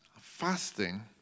fasting